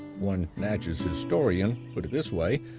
one natchez historian put it this way.